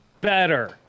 better